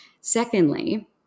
Secondly